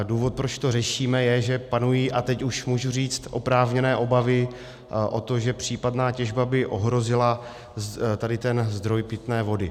Důvod, proč to řešíme, je, že panují a teď už můžu říct oprávněné obavy o to, že případná těžba by ohrozila tento zdroj pitné vody.